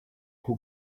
who